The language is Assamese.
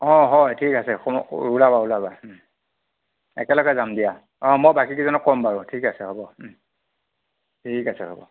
অ' হয় ঠিক আছে ওলাবা ওলাবা একেলগে যাম দিয়া অ' মই বাকী কেইজনক ক'ম বাৰু ঠিক আছে হ'ব ঠিক আছে হ'ব